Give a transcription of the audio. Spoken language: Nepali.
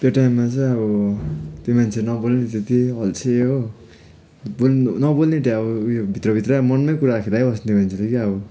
त्यो टाइममा चाहिँ अब त्यो मान्छे नबोल्ने त्यत्तिकै अल्छे हो बोल्ने नबोल्ने त्यही अब उयो भित्रभित्र मनमै कुरा खेलाइबस्ने मान्छे चाहिँ के अब